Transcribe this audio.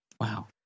Wow